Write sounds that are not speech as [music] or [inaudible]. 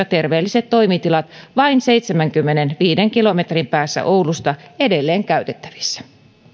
[unintelligible] terveelliset toimitilat vain seitsemänkymmenenviiden kilometrin päässä oulusta edelleen käytettävissä